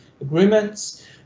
agreements